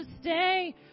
stay